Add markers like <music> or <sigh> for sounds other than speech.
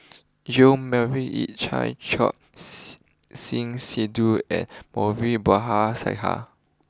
Yong Melvin Yik Chye Choor <unintelligible> Singh Sidhu and Moulavi Babu Sahib